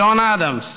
ג'ון אדמס,